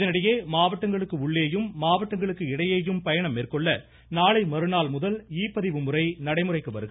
இதனிடையே மாவட்டங்களுக்கு உள்ளேயும் மாவட்டங்களுக்கு இடையேயும் பயணம் மேற்கொள்ள நாளை மறுநாள் முதல் இ பதிவு முறை நடைமுறைக்கு வருகிறது